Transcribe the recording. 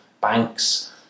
banks